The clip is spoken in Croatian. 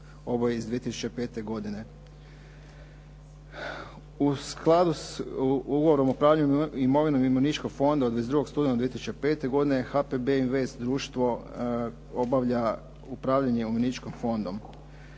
ovo je iz 2005. godine. U skladu sa Ugovorom o upravljanjem imovinom umirovljeničkog fonda od 22. studenog 2005. godine HPB invest društvo obavlja upravljanje umirovljeničkim fondom.